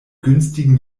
günstigen